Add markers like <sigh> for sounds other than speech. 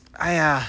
<noise> !aiya!